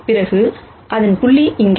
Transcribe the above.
பிறகு அதன் புள்ளி இங்கே